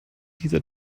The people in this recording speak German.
dieser